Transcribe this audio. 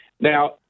Now